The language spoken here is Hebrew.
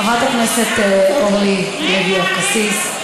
חברת הכנסת אורלי לוי אבקסיס,